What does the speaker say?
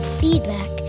feedback